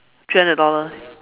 three hundred dollars